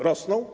Rosną?